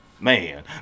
man